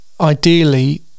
ideally